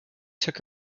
took